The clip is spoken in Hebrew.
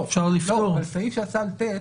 סעיף (ט),